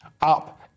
up